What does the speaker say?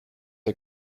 der